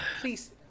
please